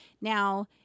Now